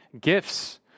gifts